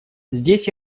здесь